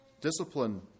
Discipline